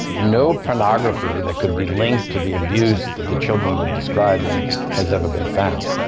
no pornography that could be linked to the abuse that the children were describing has ever been found.